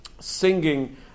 Singing